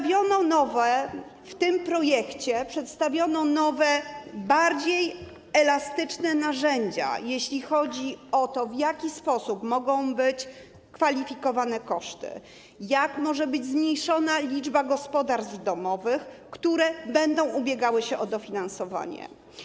W tym projekcie przedstawiono nowe, bardziej elastyczne narzędzia, jeśli chodzi o to, w jaki sposób mogą być kwalifikowane koszty, jak może być zmniejszona liczba gospodarstw domowych, które będą ubiegały się o dofinansowanie.